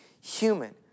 human